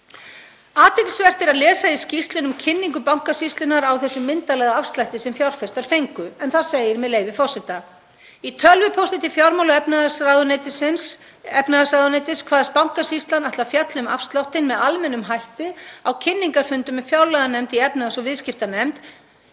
Athyglisvert er að lesa í skýrslunni um kynningu Bankasýslunnar á þessum myndarlega afslætti sem fjárfestar fengu. Þar segir, með leyfi forseta: „Í tölvupósti til fjármála- og efnahagsráðuneytis kvaðst Bankasýslan ætla að fjalla um afsláttinn með almennum hætti á kynningarfundum með fjárlaganefnd og efnahags- og viðskiptanefnd